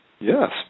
Yes